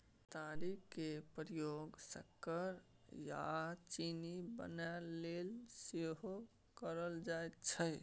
केतारी केर प्रयोग सक्कर आ चीनी बनाबय लेल सेहो कएल जाइ छै